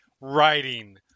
writing